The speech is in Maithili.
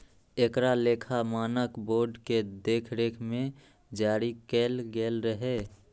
एकरा लेखा मानक बोर्ड के देखरेख मे जारी कैल गेल रहै